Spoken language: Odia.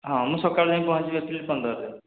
ହଁ ମୁଁ ସକାଳୁ ଯାଇକି ପହଁଞ୍ଚିବି ଏପ୍ରିଲ୍ ପନ୍ଦରରେ